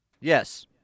yes